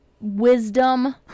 wisdom